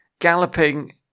Galloping